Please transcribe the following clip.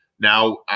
now